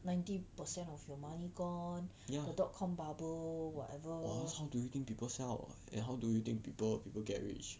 ninety percent of your money gone the dot com bubble whatever